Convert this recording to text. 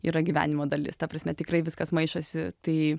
yra gyvenimo dalis ta prasme tikrai viskas maišosi tai